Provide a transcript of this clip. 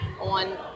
on